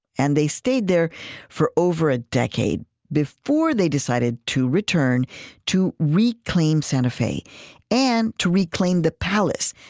and they stayed there for over a decade before they decided to return to reclaim santa fe and to reclaim the palace,